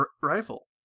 rifle